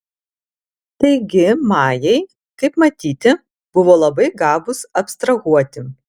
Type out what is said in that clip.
taigi majai kaip matyti buvo labai gabūs abstrahuoti